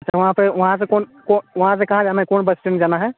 अच्छा वहाँ पर वहाँ से कौन को वहाँ से कहाँ जाना है कौन बस स्टैंड जाना है